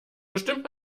bestimmt